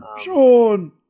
Sean